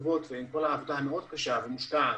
וכמובן בראש ובראשונה וגם לשרת את הממשלה ואת אזרחיה.